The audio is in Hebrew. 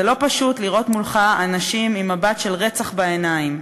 זה לא פשוט לראות מולך אנשים עם מבט של רצח בעיניים,